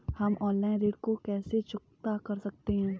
हम ऑनलाइन ऋण को कैसे चुकता कर सकते हैं?